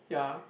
ya